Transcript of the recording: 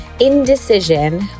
indecision